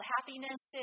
Happiness